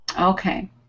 Okay